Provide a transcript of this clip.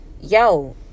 yo